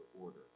order